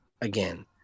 Again